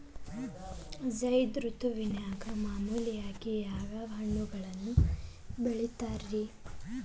ಝೈದ್ ಋತುವಿನಾಗ ಮಾಮೂಲಾಗಿ ಯಾವ್ಯಾವ ಹಣ್ಣುಗಳನ್ನ ಬೆಳಿತಾರ ರೇ?